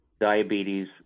diabetes